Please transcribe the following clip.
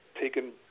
taken